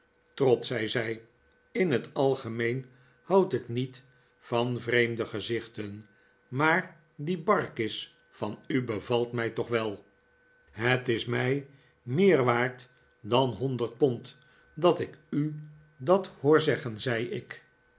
zei zij in het algemeen houd ik niet van vreemde gezichten maar die barkis van u bevalt mij toch wel het is mij meer waard dan honderd pond dat ik u dat hoor zeggen zei ik